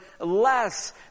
less